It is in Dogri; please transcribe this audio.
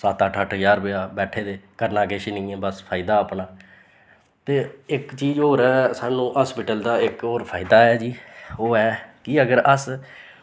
सत्त अठ्ठ अठ्ठ ज्हार रपेआ बैठे दे करना किश नी बस फायदा अपना ते इक चीज़ होर ऐ सानू हास्पिटल दा इक होर फायदा ऐ जी ओह् ऐ कि अगर अस